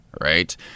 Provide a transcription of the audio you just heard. right